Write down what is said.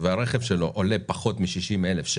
ברגע שיש להם רכב ששוויו עולה על 41,373,